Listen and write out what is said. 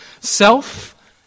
Self